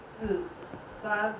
四三